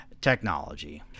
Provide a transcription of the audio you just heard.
Technology